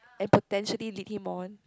and potentially lead him on